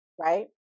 right